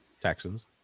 Texans